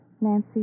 Nancy